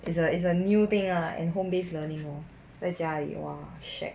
it's a it's a new thing lah and home based learning lor 在家里 !wah! shag